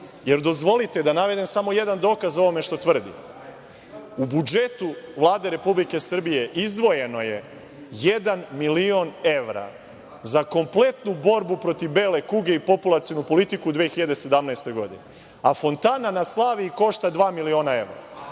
Jer, dozvolite da navedem samo jedan dokaz ovome što tvrdim. U budžetu Vlade Republike Srbije izdvojeno je jedan miliona evra za kompletnu borbu protiv bele kuge i populacionu politiku u 2017. godini, a fontana na Slaviji košta dva miliona evra.